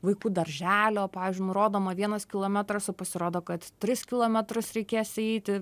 vaikų darželio pavyzdžiui nurodoma vienas kilometras o pasirodo kad tris kilometrus reikės eiti